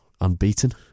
unbeaten